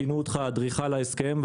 כינו אותך אדריכל ההסכם,